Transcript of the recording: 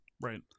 Right